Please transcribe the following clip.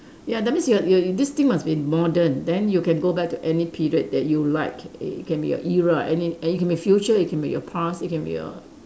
ya that means you're you're this team must be modern then you can go back to any period that you like you ca~ it can be your era and it can be your future can be your past it can be err